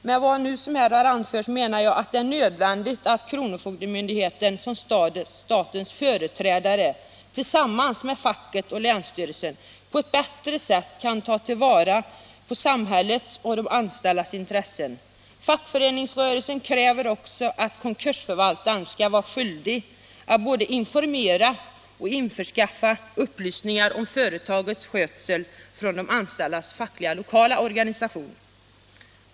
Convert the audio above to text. Med vad som här har anförts har jag velat framhålla att det är nödvändigt att kronofogdemyndigheten som statens företrädare tillsammans med facket och länsstyrelsen på ett bättre sätt kan ta till vara samhällets och de anställdas intressen. Fackföreningsrörelsen kräver också att konkursförvaltaren skall vara skyldig att både informera och införskaffa upplysningar om företagets skötsel från de anställdas lokala fackliga organisation.